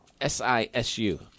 S-I-S-U